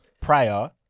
prior